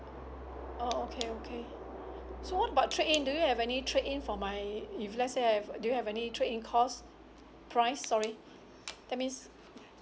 orh okay okay so what about trade in do you have any trade in for my if let's say I have uh do you have any trade in cost price sorry that means